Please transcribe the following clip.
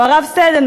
או הרב סדן,